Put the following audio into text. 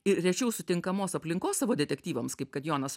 ir rečiau sutinkamos aplinkos savo detektyvams kaip kad jonas